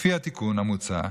לפי התיקון המוצע,